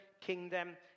kingdom